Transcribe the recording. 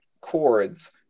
chords